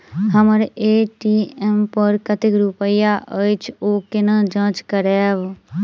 हम्मर ए.टी.एम पर कतेक रुपया अछि, ओ कोना जाँच करबै?